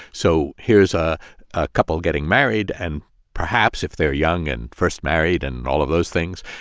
so here's a ah couple getting married, and perhaps if they're young and first married and and all of those things,